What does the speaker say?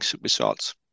results